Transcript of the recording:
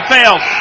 Fails